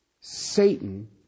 Satan